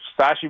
Sashi